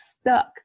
stuck